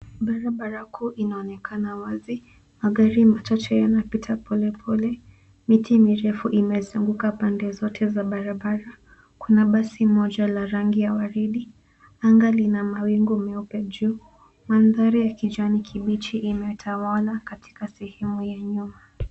Barabara kuu inaonekana wazi. Magari machache yanapita polepole. Miti mirefu imezunguka pande zote za barabara. Kuna basi moja la rangi ya waridi. Anga lina mawingu meupe juu. Mandhari ya kijani kibichi imetawala katika sehemu ya nyuma.